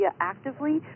actively